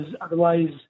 otherwise